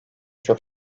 çok